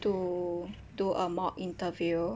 to do a mock interview